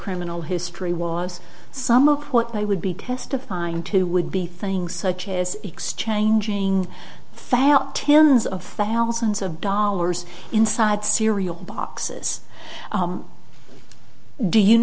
criminal history was some of what they would be testifying to would be things such as exchanging fat out tens of thousands of dollars inside cereal boxes do you